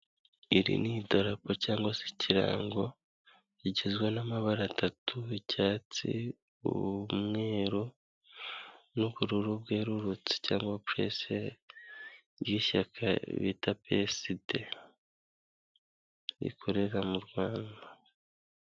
Iri ni idarapo cyangwa se ikirango kigizwe n'amabara atatu icyatsi, umweru, n'ubururu bwerurutse cyangwa pureseri by'ishyaka bita peside rikorera mu Rwanda.